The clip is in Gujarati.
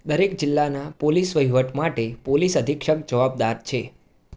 દરેક જિલ્લાના પોલીસ વહીવટ માટે પોલીસ અધિક્ષક જવાબદાર છે